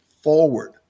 forward